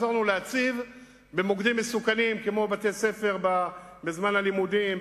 במוקדים מסוכנים כמו בתי-ספר בזמן הלימודים,